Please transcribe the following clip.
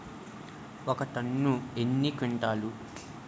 ఒక టన్ను ఎన్ని క్వింటాల్లు?